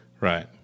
Right